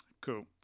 cool